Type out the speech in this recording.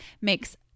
makes